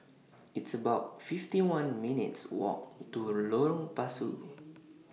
It's about fifty one minutes' Walk to Lorong Pasu